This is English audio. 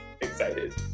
excited